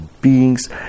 beings